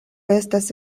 estas